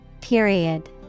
Period